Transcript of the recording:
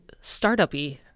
startup-y